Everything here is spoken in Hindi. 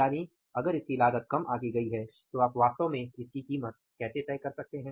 यानि अगर इसकी लागत कम आंकी गई है तो आप वास्तव में इसकी कीमत कैसे तय कर सकते हैं